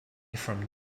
from